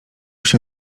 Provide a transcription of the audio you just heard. się